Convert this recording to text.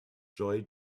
joi